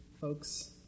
folks